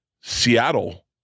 Seattle